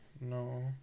No